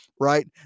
right